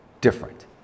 different